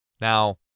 Now